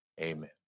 amen